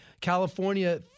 California